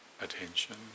attention